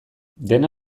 dena